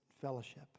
fellowship